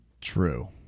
True